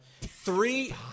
Three